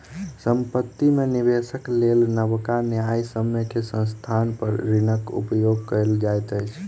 संपत्ति में निवेशक लेल नबका न्यायसम्य के स्थान पर ऋणक उपयोग कयल जाइत अछि